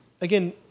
again